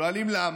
שואלים: למה?